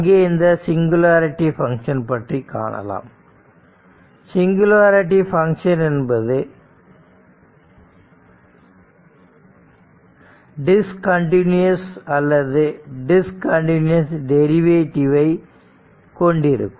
எனவே இந்த singularity function பற்றி காணலாம் சிங்குலாரிட்டி பங்க்ஷன் என்பது டிஸ்கன்டிநியூஎஸ் அல்லது டிஸ்கன்டிநியூஎஸ் டெரிவேட்டிவ் ஐ கொண்டிருக்கும்